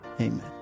Amen